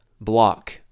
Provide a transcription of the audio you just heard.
block